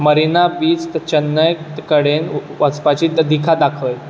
मरीना बीच चेन्नय कडेन वचपाची दिका दाखय